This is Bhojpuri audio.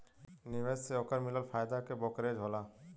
निवेश से ओकर मिलल फायदा के ब्रोकरेज होला